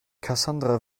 cassandra